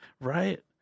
right